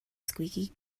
squeaky